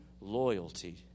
loyalty